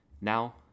Now